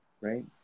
Right